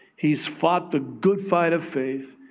he's fought the good fight of faith,